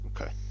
Okay